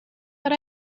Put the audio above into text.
but